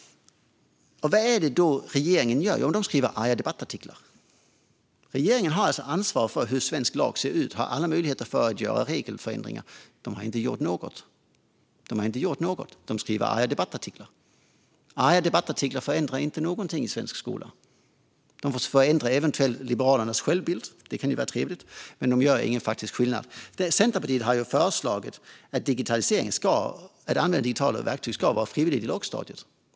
Vad gör då regeringen? Jo, man skriver arga debattartiklar. Regeringen har ansvar för hur svensk lag ser ut och har alla möjligheter att göra regelförändringar, men man har inte gjort något. Man skriver arga debattartiklar. Arga debattartiklar förändrar inte någonting i svensk skola. De förändrar eventuellt Liberalernas självbild, vilket kanske kan vara trevligt, men de gör ingen faktisk skillnad. Centerpartiet har föreslagit att det ska vara frivilligt att använda digitala verktyg i lågstadiet.